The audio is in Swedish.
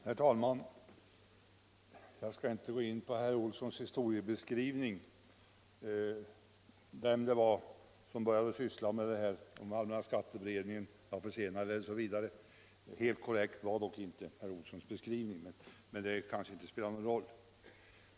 Herr talman! Jag skall inte gå in på herr Olssons historieskrivning. Helt korrekt var den knappast, men det kanske inte spelar någon roll.